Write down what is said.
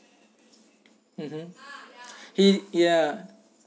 mmhmm he ya